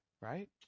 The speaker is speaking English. right